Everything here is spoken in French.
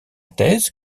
thèse